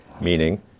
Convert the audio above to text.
meaning